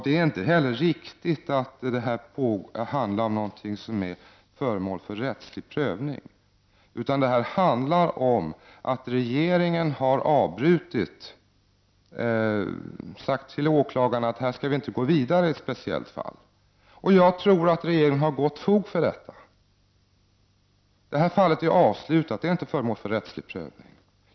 Det är inte heller riktigt att det handlar om någonting som är föremål för rättslig prövning, utan det här handlar om att regeringen har sagt till åklagarna att man inte skall gå vidare i ett speciellt fall. Detta fall är avslutat, och det är inte föremål för rättslig prövning.